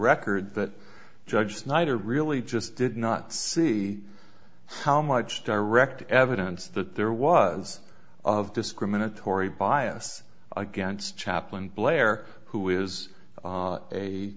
record that judge snyder really just did not see how much direct evidence that there was of discriminatory bias against chaplain blair who is